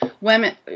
women